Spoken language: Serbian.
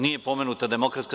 Nije pomenuta DS.